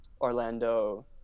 Orlando